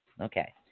Okay